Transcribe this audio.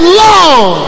long